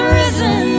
risen